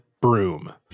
broom